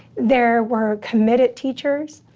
there were committed teachers,